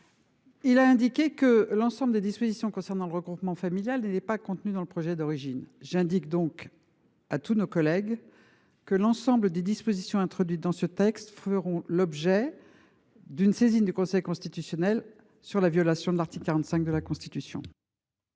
Il a indiqué que l’ensemble des dispositions concernant le regroupement familial ne figuraient pas dans le projet de loi initial. J’indique donc à tous nos collègues que l’ensemble des dispositions introduites dans ce texte seront soumises au Conseil constitutionnel pour violation de l’article 45 de la Constitution.